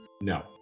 No